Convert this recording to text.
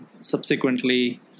subsequently